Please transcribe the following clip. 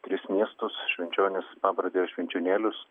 tris miestus švenčionis pabradę ir švenčionėlius